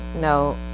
no